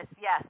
Yes